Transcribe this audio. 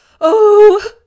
Oh